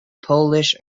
polish